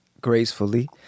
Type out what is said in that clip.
gracefully